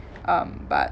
um but